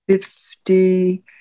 fifty